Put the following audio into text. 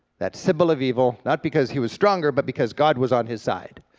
that symbol of evil, not because he was stronger, but because god was on his side.